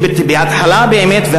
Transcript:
כי בהתחלה באמת,